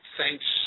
thanks